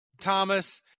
Thomas